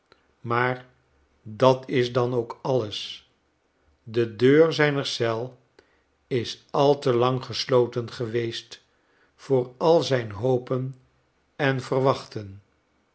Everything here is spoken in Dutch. maar dat is dan ook alles de deur zijner eel is al te lang gesloten geweest voor al zijn hopen en verwachten